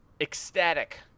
ecstatic